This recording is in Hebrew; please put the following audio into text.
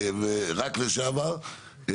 ורק לשעבר,